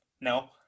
No